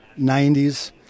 90s